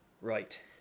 right